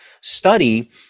study